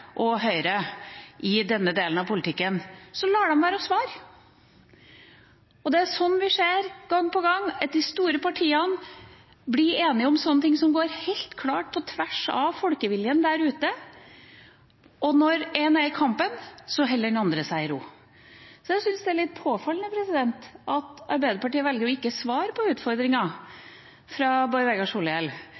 og Høyre i denne delen av politikken, så lar de være å svare. Det er det vi ser, gang på gang, at de store partiene blir enige om sånne ting som går helt klart på tvers av folkeviljen der ute. Og når én er i kampen, holder den andre seg i ro. Så jeg syns det er litt påfallende at Arbeiderpartiet velger ikke å svare på utfordringen fra Bård Vegar Solhjell